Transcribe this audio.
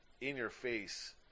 in-your-face